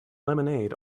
lemonade